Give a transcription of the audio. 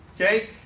Okay